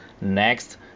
Next